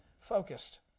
focused